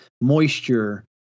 moisture